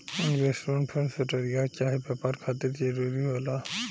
investment fund स्वरोजगार चाहे व्यापार खातिर जरूरी होला